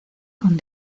con